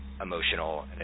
emotional